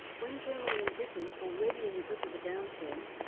when germany and britain, already in the grip of a downturn,